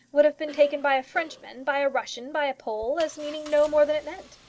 would have been taken by a frenchman, by a russian, by a pole, as meaning no more than it meant.